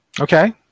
Okay